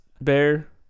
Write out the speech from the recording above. bear